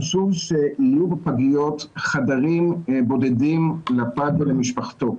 חשוב שיהיו בפגיות חדרים בודדים לפג ולמשפחתו.